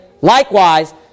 likewise